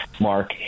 Mark